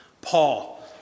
Paul